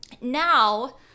Now